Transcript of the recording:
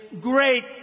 great